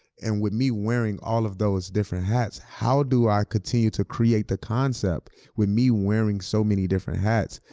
and with me wearing all of those different hats, how do i continue to create the concept with me wearing so many different hats.